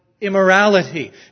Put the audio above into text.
immorality